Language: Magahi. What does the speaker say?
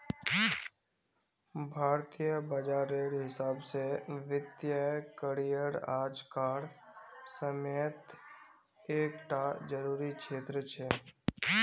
भारतीय बाजारेर हिसाब से वित्तिय करिएर आज कार समयेत एक टा ज़रूरी क्षेत्र छे